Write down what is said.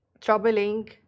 troubling